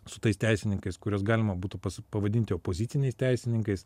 su tais teisininkais kuriuos galima būtų pavadinti opoziciniais teisininkais